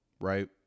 right